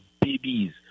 babies